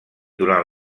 durant